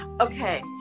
okay